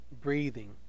breathing